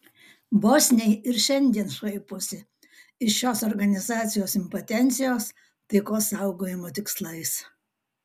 bosniai ir šiandien šaiposi iš šios organizacijos impotencijos taikos saugojimo tikslais